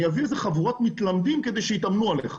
אני אביא חבורת מתלמדים כדי שיתאמנו עליך.